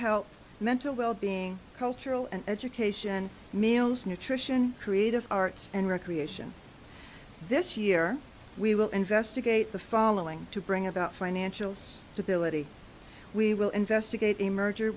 health mental wellbeing cultural and education meals nutrition creative arts and recreation this year we will investigate the following to bring about financials debility we will investigate a merger